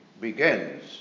begins